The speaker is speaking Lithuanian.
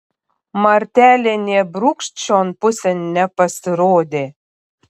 martelė nė brūkšt šion pusėn nepasirodė